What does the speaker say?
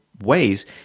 ways